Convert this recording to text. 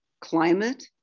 climate